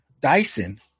Dyson